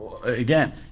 Again